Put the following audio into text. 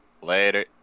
Later